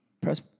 press